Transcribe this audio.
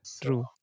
true